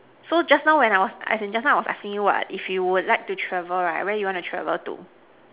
so just now when I was as in just now I was asking you what if you would like to travel right where you wanna travel to